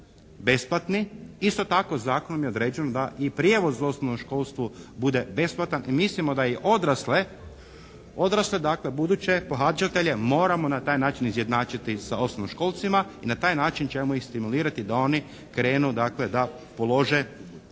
Isto tako Zakonom je određeno da i prijevoz za osnovno školstvo bude besplatan i mislimo da i odrasle, odrasle dakle buduće pohađatelje moramo na taj način izjednačiti sa osnovnoškolcima i na taj način ćemo ih stimulirati da oni krenu, dakle